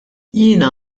jiena